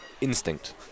instinct